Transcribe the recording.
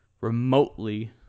remotely